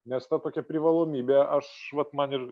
nes ta tokia privalomybė aš vat man ir